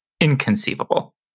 inconceivable